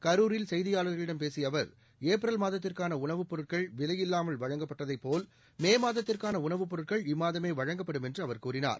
கரூரில் செய்தியாளர்களிடம் பேசிய அவர் ஏப்ரல் மாதத்திற்கான உணவுப் பொருட்கள் விலையில்லாமல் வழங்கப்பட்டதை போல் மே மாதத்திற்கான உணவுப்பொருட்கள் இம்மாதமே வழங்கப்படும் என்று அவர் கூறினார்